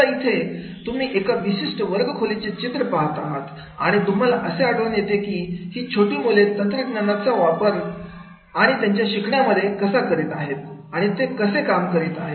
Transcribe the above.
आता इथे तुम्ही एका विशिष्ट वर्ग खोलीचे चित्र पाहत आहात आणि तुम्हाला असे आढळून येते की ही छोटी मुलं तंत्रज्ञानाचा वापर त्यांच्या शिकण्या मध्ये कसा करत आहेत आणि ते कसे काम करीत आहेत